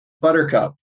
Buttercup